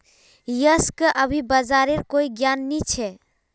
यशक अभी बाजारेर कोई ज्ञान नी छ